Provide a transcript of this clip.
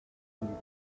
meeting